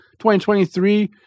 2023